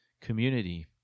community